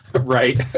right